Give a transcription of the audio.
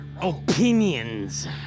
Opinions